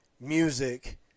music